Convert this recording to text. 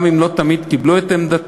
גם אם לא תמיד קיבלו את עמדתם.